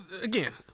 again